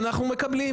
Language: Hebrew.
אנחנו מקבלים.